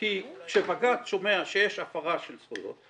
כי כשבג"צ שומע שיש הפרה של זכויות,